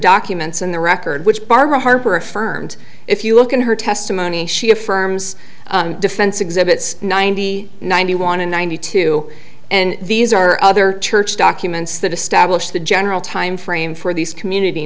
documents in the record which barbara harper affirmed if you look at her testimony she affirms defense exhibits ninety ninety one and ninety two and these are other church documents that establish the general time frame for these community